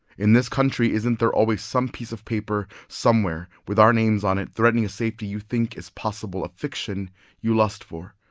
in this country, isn't there always some piece of paper somewhere with our names on it threatening a safety you think is possible, a fiction you lust for?